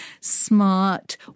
smart